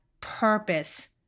purpose